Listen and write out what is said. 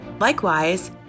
Likewise